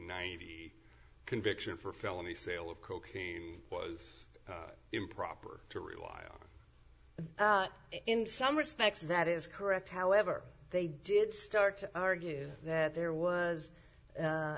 ninety conviction for felony sale of cocaine was improper to rely on in some respects that is correct however they did start to argue that there was a